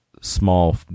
small